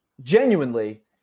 genuinely